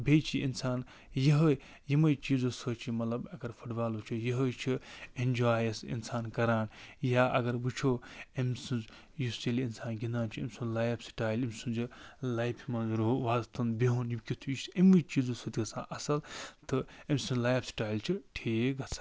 بیٚیہِ چھِ اِنسان یِہَے یِمَے چیٖزو سۭتۍ چھِ مطلب اگر فُٹ بالر چھُ یِہَے چھُ اینجایس اِنسان کَران یا اگر وُِچھو أمۍ سٕنٛز یُس ییٚلہِ اِنسان گِنٛدان چھُ أمۍ سُنٛد لایف سِٹایل أمۍ سُنٛد یہِ لایفہِ منٛز رُ وۅتھُن ہِہُن یہِ کٮُ۪تھے چھُ أمی چیٖزو سۭتۍ گَژھان اَصٕل تہٕ أمۍ سُنٛد لایف سِٹایل چھُ ٹھیٖک گژھان